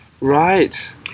Right